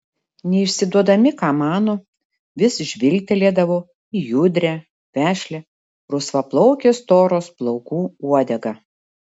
neišsiduodami ką mano vis žvilgtelėdavo į judrią vešlią rusvaplaukės toros plaukų uodegą